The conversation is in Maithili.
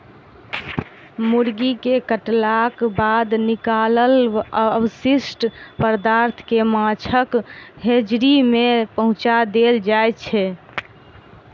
मुर्गी के काटलाक बाद निकलल अवशिष्ट पदार्थ के माछक हेचरी मे पहुँचा देल जाइत छै